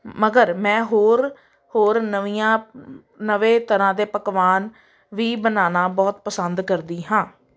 ਮਗਰ ਮੈਂ ਹੋਰ ਹੋਰ ਨਵੀਆਂ ਨਵੇਂ ਤਰ੍ਹਾਂ ਦੇ ਪਕਵਾਨ ਵੀ ਬਣਾਉਣਾ ਬਹੁਤ ਪਸੰਦ ਕਰਦੀ ਹਾਂ